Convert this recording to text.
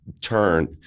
Turn